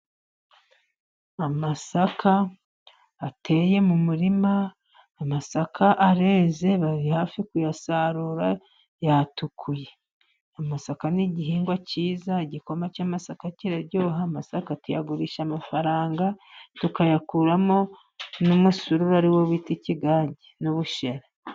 Amasaka ateye mu murima, amasaka areze bari hafi kuyasarura yatukuye. Amasaka n'igihingwa cyiza, igikoma cy'amasaka kiraryoha, amasaka tuyagurisha amafaranga, tukayakuramo n'umusururu ari wo bita ikigage n'ubushera.